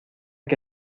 que